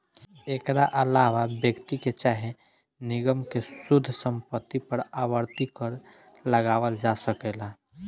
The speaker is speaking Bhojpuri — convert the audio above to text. एकरा आलावा व्यक्ति के चाहे निगम के शुद्ध संपत्ति पर आवर्ती कर लगावल जा सकेला